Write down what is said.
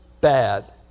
bad